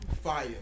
Fire